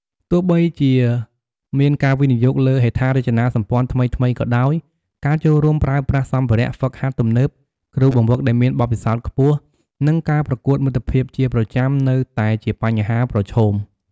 ទោះបីជាមានការវិនិយោគលើហេដ្ឋារចនាសម្ព័ន្ធថ្មីៗក៏ដោយ ការចូលប្រើប្រាស់សម្ភារៈហ្វឹកហាត់ទំនើប គ្រូបង្វឹកដែលមានបទពិសោធន៍ខ្ពស់ និងការប្រកួតមិត្តភាពជាប្រចាំនៅតែជាបញ្ហាប្រឈម។